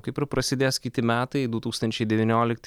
kaip ir prasidės kiti metai du tūkstančiai devyniolikti